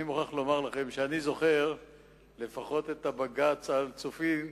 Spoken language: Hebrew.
אני מוכרח לומר לכם שאני זוכר לפחות את הבג"ץ על צופים,